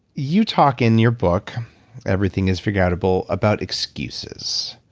you talk in your book everything is figureoutable about excuses.